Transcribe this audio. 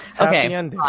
okay